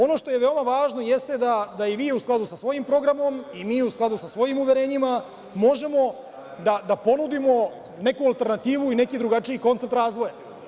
Ono što je veoma važno jeste da i vi u skladu sa svojim programom i mi u skladu sa svojim uverenjima možemo da ponudimo neku alternativu i neki drugačiji koncept razvoja.